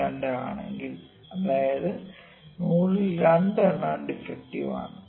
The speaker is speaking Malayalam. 02 ആണെങ്കിൽ അതായത് 100 ൽ 2 എണ്ണം ഡിഫെക്ടിവ് ആണ്